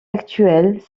actuels